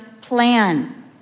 plan